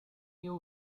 you